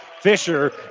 Fisher